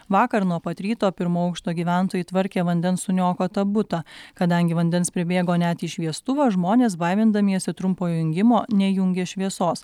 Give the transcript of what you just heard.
vakar nuo pat ryto pirmo aukšto gyventojai tvarkė vandens suniokotą butą kadangi vandens pribėgo net į šviestuvą žmonės baimindamiesi trumpojo jungimo nejungė šviesos